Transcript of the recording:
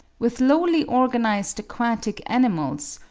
with lowly-organised aquatic animals,